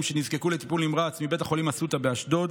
שנזקקו לטיפול נמרץ מבית החולים אסותא באשדוד,